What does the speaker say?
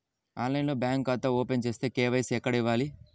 ఆన్లైన్లో బ్యాంకు ఖాతా ఓపెన్ చేస్తే, కే.వై.సి ఎక్కడ ఇవ్వాలి?